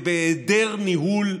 בהיעדר ניהול,